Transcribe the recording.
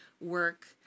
work